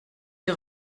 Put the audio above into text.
est